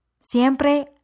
Siempre